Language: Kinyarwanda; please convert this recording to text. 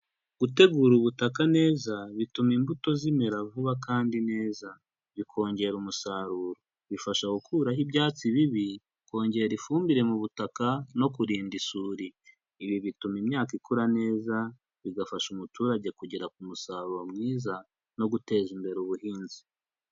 Gutegura ubutaka neza, bituma imbuto zimera vuba kandi neza. Bikongera umusaruro. Bifasha gukuraho ibyatsi bibi, kongera ifumbire mu butaka, no kurinda isuri. Ibi bituma imyaka ikura neza, bigafasha umuturage kugera kumusaruro mwiza, no guteza imbere ubuhinzi.